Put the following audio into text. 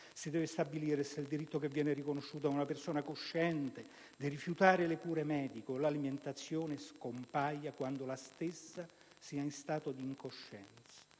Si deve stabilire se il diritto che viene riconosciuto ad una persona cosciente di rifiutare le cure mediche o l'alimentazione scompaia quando la stessa sia in stato di incoscienza.